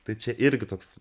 tai čia irgi toks